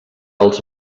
els